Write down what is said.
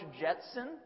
Jetson